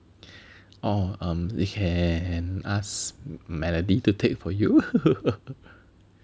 orh um you can ask Melody to take for you